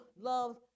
love